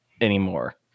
anymore